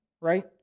right